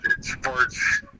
sports